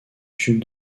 tube